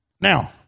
Now